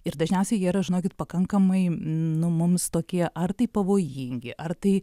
ir dažniausiai jie yra žinokit pakankamai nu mums tokie ar tai pavojingi ar tai